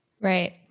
Right